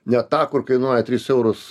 ne tą kur kainuoja tris eurus